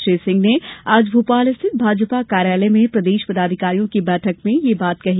श्री सिंह ने आज भोपाल स्थित भाजापा कार्यालय में प्रदेश पदाधिकारियों की बैठक में यह बात कही